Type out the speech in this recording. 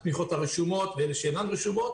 התמיכות הרשומות ואלה שאינן רשומות